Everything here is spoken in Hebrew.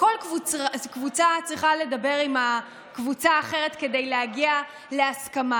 כל קבוצה צריכה לדבר עם הקבוצה האחרת כדי להגיע להסכמה,